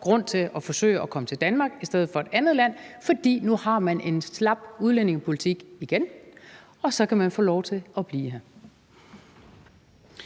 grund til at forsøge at komme til Danmark i stedet for til et andet land, for nu er der en slap udlændingepolitik igen, og så kan man få lov til at blive her.